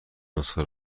نسخه